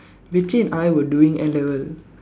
Rachel and I were doing N-level